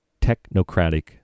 technocratic